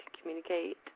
communicate